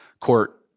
court